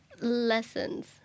lessons